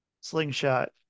slingshot